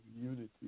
unity